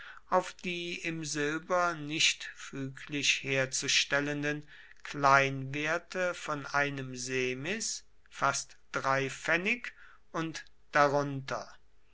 auf die im silber nicht füglich herzustellenden kleinwerte von einem semis fast drei pfennig und darunter